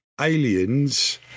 aliens –